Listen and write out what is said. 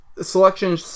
selection